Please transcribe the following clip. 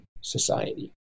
society